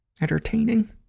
entertaining